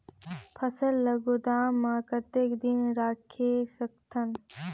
फसल ला गोदाम मां कतेक दिन रखे सकथन?